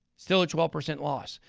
still a twelve percent loss.